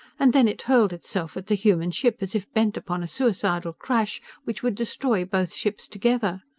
and then it hurled itself at the human ship as if bent upon a suicidal crash which would destroy both ships together.